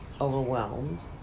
overwhelmed